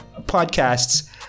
podcasts